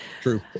True